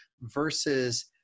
versus